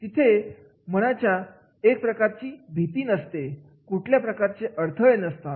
तिथे मनामध्ये एक प्रकारची भीती नसते कुठल्याही प्रकारचे अडथळे नसतात